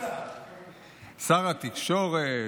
שר התקשורת,